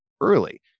early